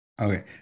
Okay